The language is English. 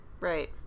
Right